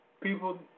people